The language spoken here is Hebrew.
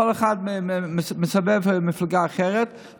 כל אחד מהם מסתובב במפלגה אחרת,